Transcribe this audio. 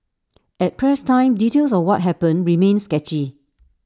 at press time details of what happened remained sketchy